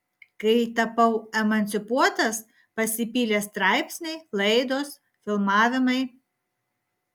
kai tapau emancipuotas pasipylė straipsniai laidos filmavimai